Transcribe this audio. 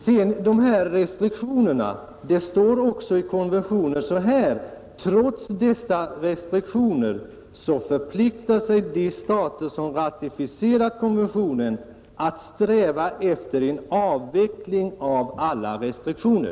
Beträffande restriktionerna vill jag påpeka att det i konventionen också heter att de stater som ratificerat konventionen förpliktar sig att sträva efter en avveckling av alla restriktioner.